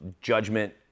judgment